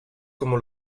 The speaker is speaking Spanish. como